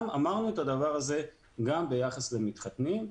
אמרנו את הדבר הזה גם ביחס למתחתנים.